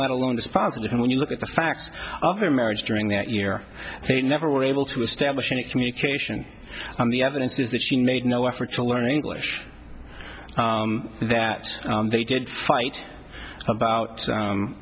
not alone it's possible and when you look at the facts after marriage during that year they never were able to establish any communication on the evidence is that she made no effort to learn english that they did fight about